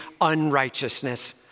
unrighteousness